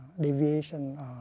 deviation